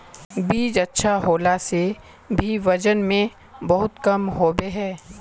बीज अच्छा होला से भी वजन में बहुत कम होबे है?